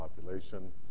population